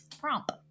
prompt